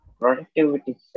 productivity